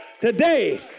today